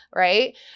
right